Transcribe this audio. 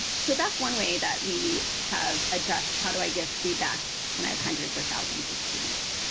ah so that's one way that we have addressed how do i get feedback when i have hundreds or thousands of students.